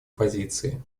позиции